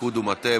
פיקוד ומטה,